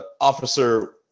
officer